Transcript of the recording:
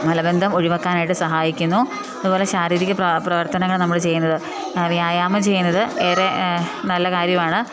മലബന്ധം ഒഴിവാക്കാനായിട്ട് സഹായിക്കുന്നു അതുപോലെ ശാരീരിക പ്രവർത്തനങ്ങൾ നമ്മൾ ചെയ്യുന്നത് വ്യായാമം ചെയ്യുന്നത് ഏറെ നല്ല കാര്യമാണ്